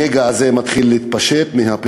הנגע הזה מתחיל להתפשט בין האוכלוסיות הצעירות,